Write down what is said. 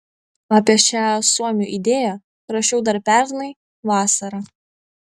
apie šią suomių idėją rašiau dar pernai vasarą